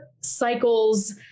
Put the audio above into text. cycles